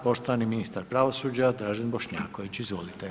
Poštovani ministar pravosuđa, Dražen Bošnjaković, izvolite.